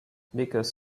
because